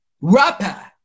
rapper